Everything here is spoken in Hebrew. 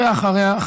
ואחריה,